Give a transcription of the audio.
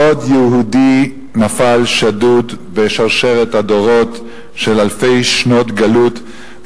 עוד יהודי נפל שדוד בשרשרת הדורות של אלפי שנות גלות,